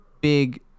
big